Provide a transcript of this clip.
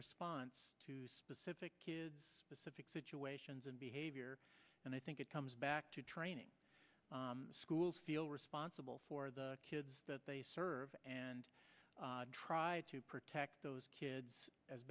response to specific specific situations and behavior and i think it comes back to training schools feel responsible for the kids that they serve and tried to protect those kids as